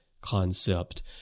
concept